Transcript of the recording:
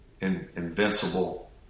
invincible